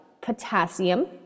potassium